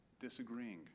disagreeing